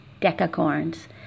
Decacorns